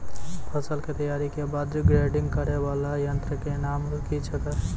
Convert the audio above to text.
फसल के तैयारी के बाद ग्रेडिंग करै वाला यंत्र के नाम की छेकै?